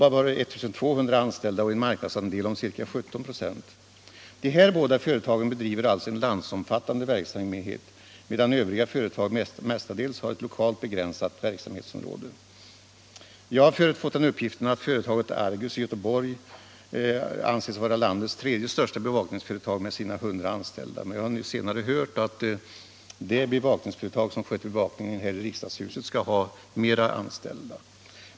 ABAB har 1 200 anställda och en marknadsandel om ca 17 926. Dessa båda företag bedriver alltså en landsomfattande verksamhet, medan övriga företag mestadels har ett lokalt begränsat verksamhetsområde. Jag har fått den uppgiften att företaget Argus i Göteborg anses vara landets tredje största bevakningsföretag med sina 100 anställda, men jag har senare hört att det bevakningsföretag som sköter bevakningen här i riksdagshuset skall har flera anställda.